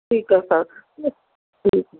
ਠੀਕ ਆ ਸਰ